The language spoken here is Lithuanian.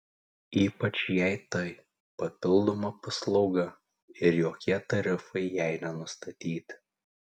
ypač jei tai papildoma paslauga ir jokie tarifai jai nesustatyti